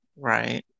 right